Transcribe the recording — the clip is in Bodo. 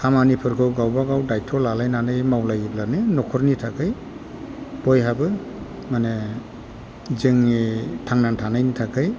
खामानिफोरखौ गावबा गाव दायत्थ' लालायनानै मावलायोब्लानो न'खरनि थाखाय बयहाबो माने जोंनि थांनानै थानायनि थाखाय